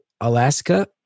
Alaska